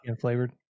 flavored